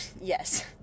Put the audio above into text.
Yes